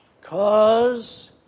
Cause